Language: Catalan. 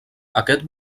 aquest